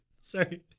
sorry